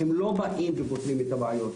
הם לא באים ופותרים את הבעיות,